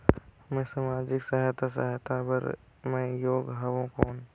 मैं समाजिक सहायता सहायता बार मैं योग हवं कौन?